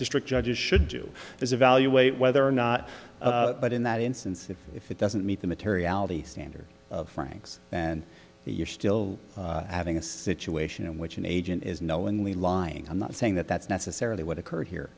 district judges should do is evaluate whether or not but in that instance if if it doesn't meet the materiality standard francs and you're still having a situation in which an agent is knowingly lying i'm not saying that that's necessarily what occurred here